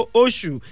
oshu